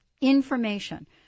information